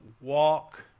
walk